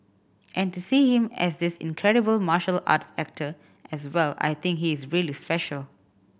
and to see him as this incredible martial arts actor as well I think he's really special